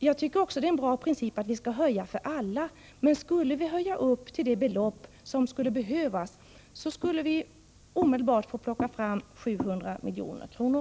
Jag tycker också att det är en bra princip att vi skall höja beloppen för alla. Men skulle vi höja till det belopp som behövs skulle vi omedelbart få plocka fram 700 milj.kr.